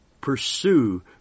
pursue